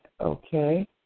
Okay